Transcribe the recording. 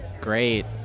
Great